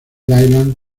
dylan